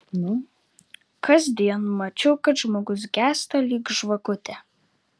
kasdien mačiau kad žmogus gęsta lyg žvakutė